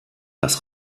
das